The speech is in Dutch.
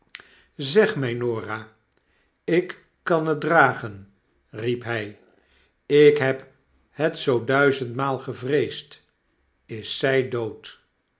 zeg my norah ik kan het dragen riep hy ik heb het zoo duizendmaal gevreesd is zy dood